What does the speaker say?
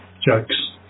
jokes